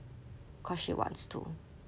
cause she wants to